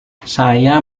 saya